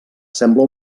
sembla